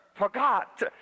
forgot